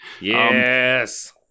yes